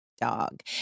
dog